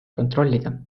kontrollida